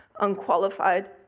unqualified